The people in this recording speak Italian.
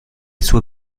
sue